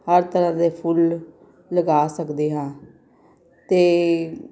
ਹਰ ਤਰ੍ਹਾਂ ਦੇ ਫੁੱਲ ਲਗਾ ਸਕਦੇ ਹਾਂ ਅਤੇ